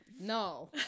No